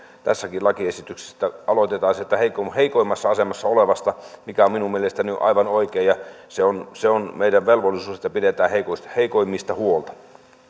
tässäkin lakiesityksessä että aloitetaan sieltä heikoimmassa heikoimmassa asemassa olevasta mikä minun mielestäni on on aivan oikein ja se on se on meidän velvollisuutemme että pidetään heikoimmista heikoimmista huolta